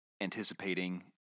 anticipating